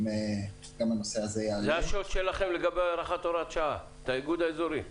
זה ה --- לגבי הארכת השעה, התיאגוד האזורי?